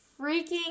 freaking